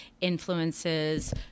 influences